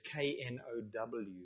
K-N-O-W